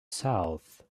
south